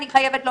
אני חייבת לומר,